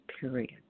period